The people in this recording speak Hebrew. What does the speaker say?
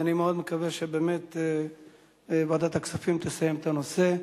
ואני מאוד מקווה שבאמת ועדת הכספים תסיים את הנושא.